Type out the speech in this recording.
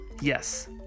Yes